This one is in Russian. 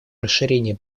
расширении